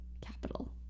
Capital